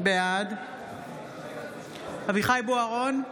בעד אביחי אברהם בוארון,